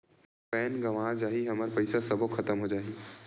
Pan गंवा जाही हमर पईसा सबो खतम हो जाही?